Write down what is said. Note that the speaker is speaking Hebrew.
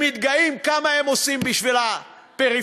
עומדים ומתגאים כמה הם עושים בשביל הפריפריה,